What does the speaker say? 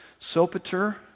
Sopater